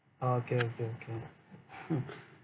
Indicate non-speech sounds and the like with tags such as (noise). okay okay okay (laughs)